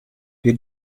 wir